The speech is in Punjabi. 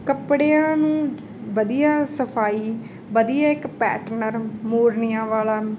ਕੱਪੜਿਆਂ ਨੂੰ ਵਧੀਆ ਸਫਾਈ ਵਧੀਆ ਇੱਕ ਪੈਟਨਰ ਮੋਰਨੀਆਂ ਵਾਲਾ